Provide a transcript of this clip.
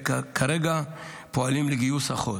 וכרגע פועלים לגיוס אחות.